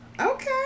okay